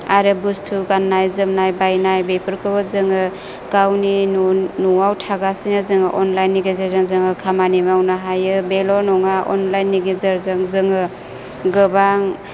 आरो बुस्थु गान्नाय जोमनाय बायनाय बेफोरखौ जोङाे गावनि न' न'आव थागासिनाे जोङाे अनलाइननि गेजेरजों जाेङाे खामानि मावनो हायो बेल' नङा अनलाइननि गेजेरजों जोङाे गाेबां